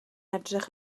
edrych